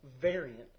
variant